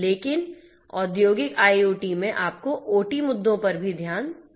लेकिन औद्योगिक IoT में आपको OT मुद्दों पर भी ध्यान देना होगा